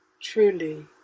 Truly